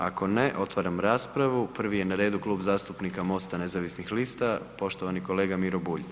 Ako ne, otvaram raspravu prvi je na redu Klub zastupnika MOST-a nezavisnih lista, poštovani kolega Miro Bulj.